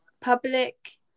public